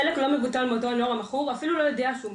חלק מבני הנוער לא יודע בכלל שהוא מכור.